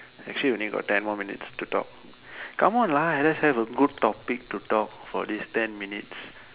actually we only got ten more minutes to talk come on lah let's have a good topic to talk for these ten minutes